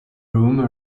room